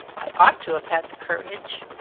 i ought to have had the courage.